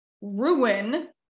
ruin